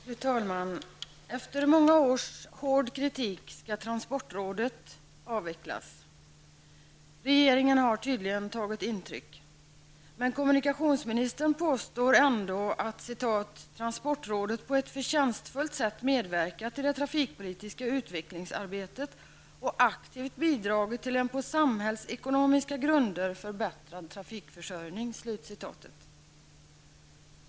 Fru talman! Efter många års hård kritik skall transportrådet avvecklas. Regeringen har tydligen tagit intryck. Men kommunikationsministern påstår ändå att ”transportrådet på ett förtjänstfullt sätt medverkat i det trafikpolitiska utvecklingsarbetet och aktivt bidragit till en på samhällsekonomiska grunder förbättrad trafikförsörjning”.